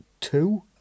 two